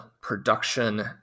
production